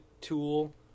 Tool